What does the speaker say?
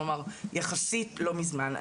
כלומר יחסית לא מזמן.